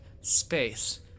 Space